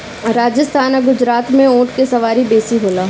राजस्थान आ गुजरात में ऊँट के सवारी बेसी होला